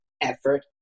effort